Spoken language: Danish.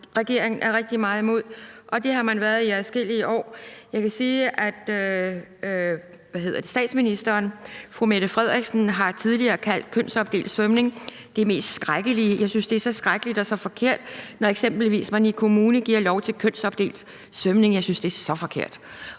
regeringen er rigtig meget imod, og det har man været i adskillige år. Jeg kan sige, at statsministeren tidligere har kaldt kønsopdelt svømning det mest skrækkelige: »Jeg synes, det er så skrækkeligt og så forkert, når eksempelvis man i en kommune giver lov til kønsopdelt svømning. Jeg synes, det er så forkert.«